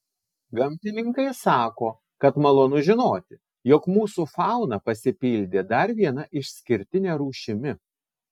gamtininkai sako kad malonu žinoti jog mūsų fauna pasipildė dar viena išskirtine rūšimi